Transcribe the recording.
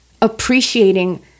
appreciating